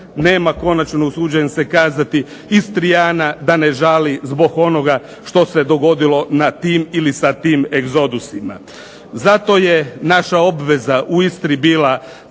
Nema konačno usuđujem se kazati Istrijana da ne žali zbog onoga što se dogodilo na tim ili sa tim egzodusima. Zato je naša obveza u Istri bila